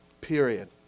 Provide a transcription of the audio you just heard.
period